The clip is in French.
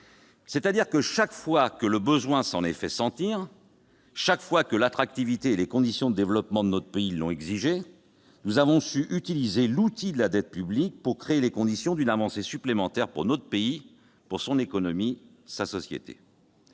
dit, chaque fois que le besoin s'en est fait sentir, chaque fois que l'attractivité et les conditions de développement de notre pays l'ont exigé, nous avons su utiliser l'outil de la dette publique pour créer les conditions d'une avancée supplémentaire pour notre pays, pour son économie, pour sa société